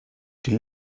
die